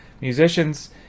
musicians